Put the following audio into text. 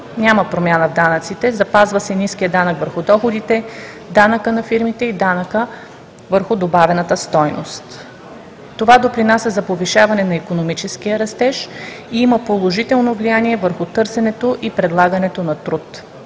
Няма промяна в данъците, запазва се ниският данък върху доходите, данъкът на фирмите и данъкът върху добавената стойност. Това допринася за повишаване на икономическия растеж и има положително влияние върху търсенето и предлагането на труд.